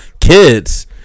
kids